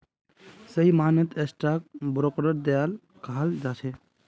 सही मायनेत स्टाक ब्रोकरक दलाल कहाल जा छे